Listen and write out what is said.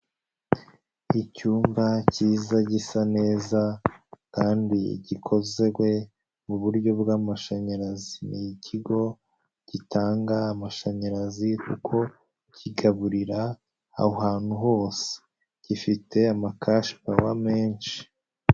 Icyumba kiza gisa neza kandi gikozwe mu buryo bw'amashanyarazi ni ikigo gitanga amashanyarazi kuko kigaburira ahantu hose, gifite amakashi pawa menshi.